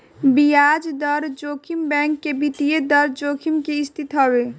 बियाज दर जोखिम बैंक के वित्तीय दर जोखिम के स्थिति हवे